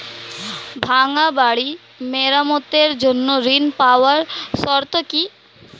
ভাঙ্গা বাড়ি মেরামতের জন্য ঋণ পাওয়ার শর্ত কি?